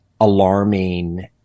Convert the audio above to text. alarming